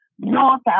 North